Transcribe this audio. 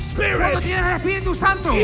Spirit